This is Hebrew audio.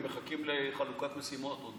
הם מחכים לחלוקת משימות.